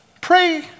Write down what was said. pray